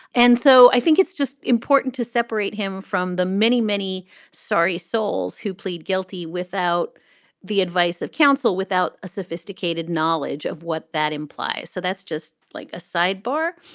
and so i think it's just important to separate him from the many, many sorry souls who plead guilty without the advice of counsel, without a sophisticated knowledge of what that implies. so that's just like a sidebar.